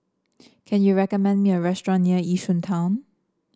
can you recommend me a restaurant near Yishun Town